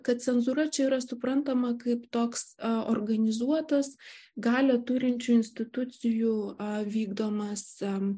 kad cenzūra čia yra suprantama kaip toks organizuotas galią turinčių institucijų ar vykdomas